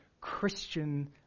Christian